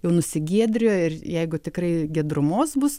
jau nusigiedrijo ir jeigu tikrai giedrumos bus